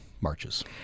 marches